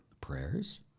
prayers